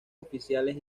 oficiales